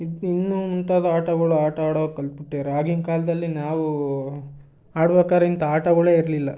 ಇದ್ನ ಇನ್ನೂ ಮುಂತಾದ ಆಟಗಳು ಆಟಾಡೋದು ಕಲ್ತು ಬಿಟ್ಯಾರೆ ಆಗಿನ ಕಾಲದಲ್ಲಿ ನಾವು ಆಡ್ಬೇಕಾರೆ ಇಂಥ ಆಟಗಳೇ ಇರಲಿಲ್ಲ